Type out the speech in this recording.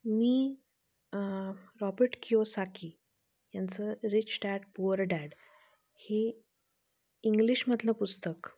मी Robert Kiyosaki यांचं rich dad poor dad हे इंग्लिशमधलं पुस्तक